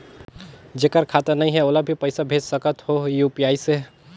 जेकर खाता नहीं है ओला भी पइसा भेज सकत हो यू.पी.आई से?